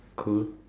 cool